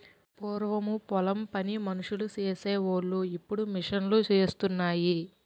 పూరము పొలం పని మనుసులు సేసి వోలు ఇప్పుడు మిషన్ లూసేత్తన్నాయి